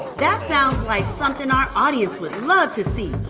that sounds like something our audience would love to see.